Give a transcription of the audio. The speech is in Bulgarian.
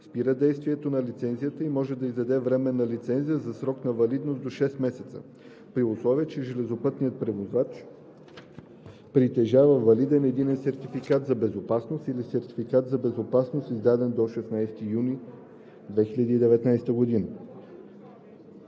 спира действието на лицензията и може да издаде временна лицензия със срок на валидност до 6 месеца, при условие че железопътният превозвач притежава валиден единен сертификат за безопасност или сертификат за безопасност, издаден до 16 юни 2019 г.“